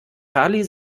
charlie